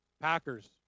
Packers